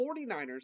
49ers